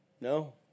No